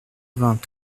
vingt